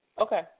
Okay